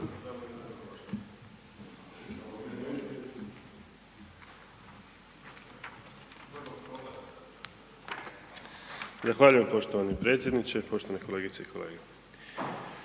Zahvaljujem gospodine potpredsjedniče. Uvažene kolegice i kolege,